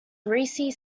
greasy